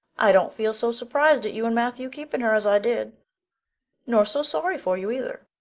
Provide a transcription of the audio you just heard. i don't feel so surprised at you and matthew keeping her as i did nor so sorry for you, either.